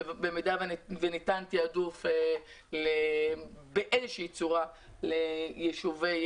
במידה וניתן לתעדף באיזשהו צורה יישובים,